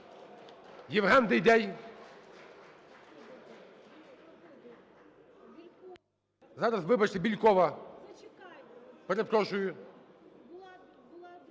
Євген Дейдей. Зараз, вибачте, Бєлькова. Перепрошую,